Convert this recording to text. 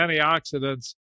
antioxidants